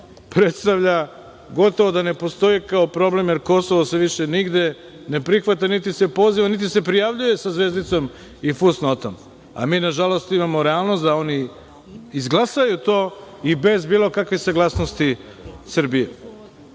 i fusnoti, gotovo da ne postoje kao problem, jer Kosovo se više nigde ne prihvata, niti se poziva, niti se prijavljuje sa zvezdicom i fusnotom. A mi, nažalost, imamo realnost da oni izglasaju to i bez bilo kakve saglasnosti Srbije.